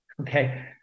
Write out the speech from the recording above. okay